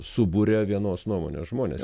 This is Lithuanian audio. suburia vienos nuomonės žmones